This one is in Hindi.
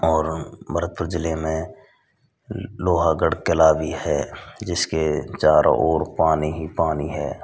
और भरतपुर ज़िले में लोहागढ़ किला भी है जिसके चारों और पानी ही पानी है